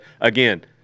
again